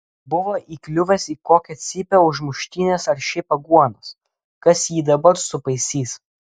buvo įkliuvęs į kokią cypę už muštynes ar šiaip aguonas kas jį dabar supaisys